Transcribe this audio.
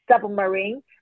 submarine